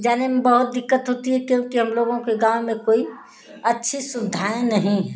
जाने में बहुत दिक्कत होती है क्योंकि हम लोगों के गाँव में कोई अच्छी सुविधाएँ नही है